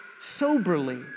soberly